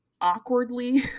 awkwardly